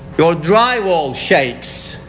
your drywall shapes,